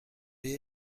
آیا